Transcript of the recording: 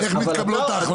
איך הוא מקבל החלטות?